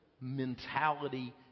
mentality